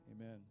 Amen